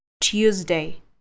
Tuesday